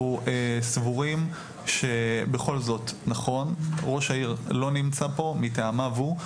אנחנו סבורים שבכל זאת נכון ראש העיר לא נמצא פה מטעמיו הוא,